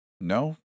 No